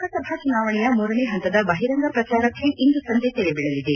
ಲೋಕಸಭಾ ಚುನಾವಣೆಯ ಮೂರನೇ ಹಂತದ ಬಹಿರಂಗ ಪ್ರಚಾರಕ್ಷೆ ಇಂದು ಸಂಜೆ ತೆರೆ ಬೀಳಲಿದೆ